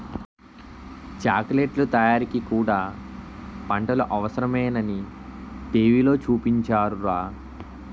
చాకిలెట్లు తయారీకి కూడా పంటలు అవసరమేనని టీ.వి లో చూపించారురా